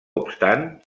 obstant